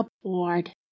aboard